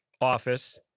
office